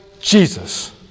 Jesus